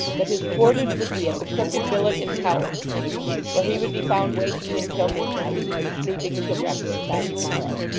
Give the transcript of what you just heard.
that his quarters would be at the crooked billet in tower street where he would be found waking until midnight, and sleeping until breakfast time to-morrow.